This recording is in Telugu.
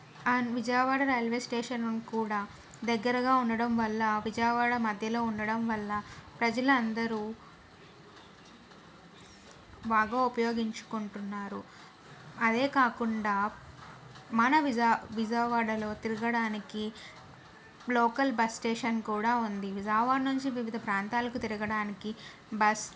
అండ్ విజయవాడ రైల్వే స్టేషన్ కూడా దగ్గరగా ఉండడం వల్ల ఆ విజయవాడ మధ్యలో ఉండటం వల్ల ప్రజలందరూ బాగా ఉపయోగించుకుంటున్నారు అదే కాకుండా మన వి విజయవాడలో తిరగడానికి లోకల్ బస్ స్టేషన్ కూడా ఉంది రావణ్ నుంచి వివిధ ప్రాంతాలకు తిరగడానికి బస్